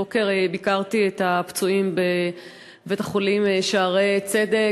הבוקר ביקרתי את הפצועים בבית-החולים "שערי צדק",